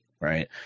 Right